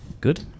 Good